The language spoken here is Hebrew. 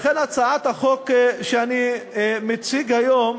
לכן, הצעת החוק שאני מציג היום